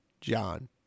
John